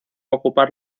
ocupar